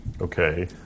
Okay